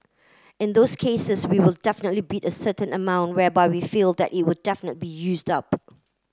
in those cases we will definitely bid a certain amount whereby we feel that it will definite be used up